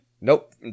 Nope